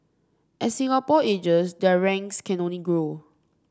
as Singapore ages their ranks can only grow